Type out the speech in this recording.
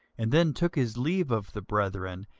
and then took his leave of the brethren,